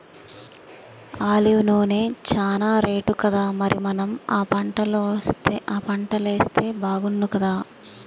olive నూనె చానా రేటుకదా మరి మనం ఆ పంటలేస్తే బాగుణ్ణుకదా